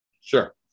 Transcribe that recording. Sure